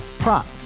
Prop